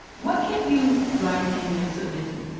what kept you writing and submitting?